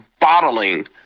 bottling